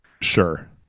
Sure